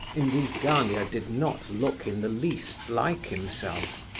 indeed, gania did not look in the least like himself.